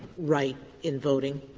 right in voting?